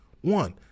One